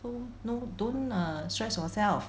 so no don't err stress yourself